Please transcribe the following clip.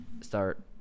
start